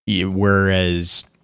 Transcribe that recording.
Whereas